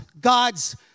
God's